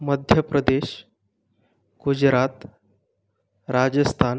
Madhya Pradesh Gujarat Rajasthan